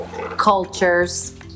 cultures